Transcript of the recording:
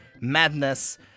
Madness